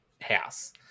house